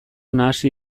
nahasi